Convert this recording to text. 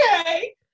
Okay